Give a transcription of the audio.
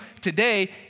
today